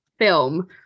film